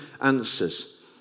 answers